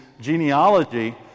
genealogy